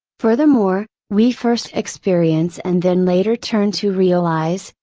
furthermore, we first experience and then later turn to realize,